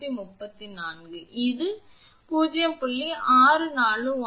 834 இது 0